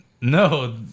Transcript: No